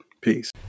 peace